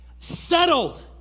settled